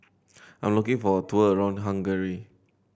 I am looking for a tour around Hungary